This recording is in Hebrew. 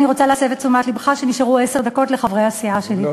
אני רוצה להסב את תשומת לבך שנשארו עשר דקות לחברי הסיעה שלי.